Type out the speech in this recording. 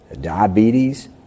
diabetes